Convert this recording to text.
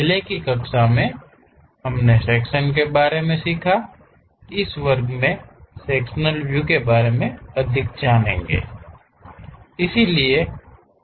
पहले की कक्षाओं में हमने सेक्शन के बारे में सीखा है इस वर्ग में हम सेक्शनल व्यू के बारे में अधिक जानेंगे